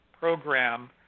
program